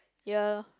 ya